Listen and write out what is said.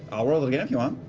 i'll roll it again, if you want.